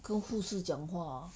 跟护士讲话